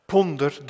Ponder